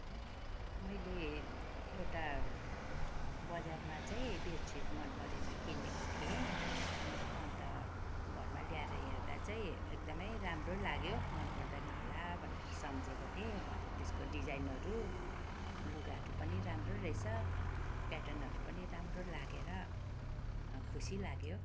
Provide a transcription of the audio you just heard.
मैले एउटा बजारमा चाहिँ बेडसिट मन परेर किनेको थिएँ अन्त घरमा ल्याएर हेर्दा चाहिँ एकदमै राम्रो लाग्यो मनपर्दैन होला भनेर सम्झेको थिएँ भरे त्यसको डिजाइनहरू लुगाहरू पनि राम्रो रहेछ प्याटर्नहरू पनि राम्रो लागेर खुसी लाग्यो